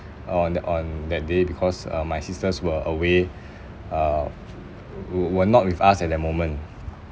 on the on that day because uh my sisters were away uh w~ were not with us at that moment